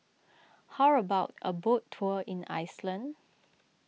how about a boat tour in Iceland